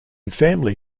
family